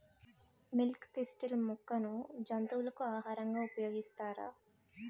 Milk thistle మొక్కను జంతువులకు ఆహారంగా ఉపయోగిస్తారా?